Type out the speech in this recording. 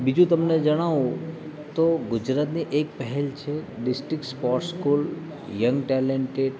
બીજું તમને જણાવું તો ગુજરાતની એક પહેલ છે district sports school young talented